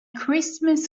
christmas